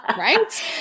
Right